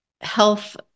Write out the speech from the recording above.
health